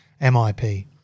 MIP